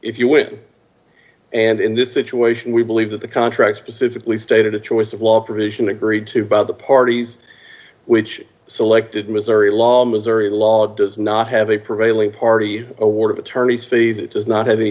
if you wish and in this situation we believe that the contract specifically stated a choice of law provision agreed to by the parties which selected missouri law missouri law does not have a prevailing party award d of attorney's fees it does not have any